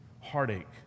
heartache